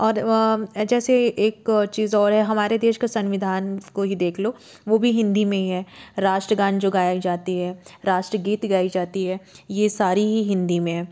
और जैसे एक चीज़ और है हमारे देश का संविधान को ही देख लो वह भी हिन्दी में ही है राष्ट्रगान जो गाए जाते है राष्ट्रगीत गाई जाती है ये सारी ही हिन्दी में है